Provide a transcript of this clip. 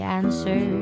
answer